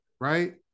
right